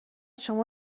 شما